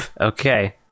okay